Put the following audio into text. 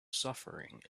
suffering